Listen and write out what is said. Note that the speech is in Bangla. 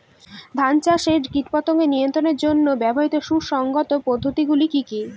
ধান চাষে কীটপতঙ্গ নিয়ন্ত্রণের জন্য ব্যবহৃত সুসংহত পদ্ধতিগুলি কি কি?